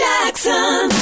Jackson